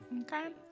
Okay